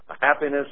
happiness